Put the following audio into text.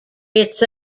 it’s